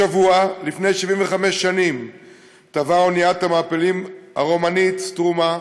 השבוע לפני 75 שנים טבעה אוניית המעפילים הרומנית "סטרומה".